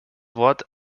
wort